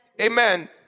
Amen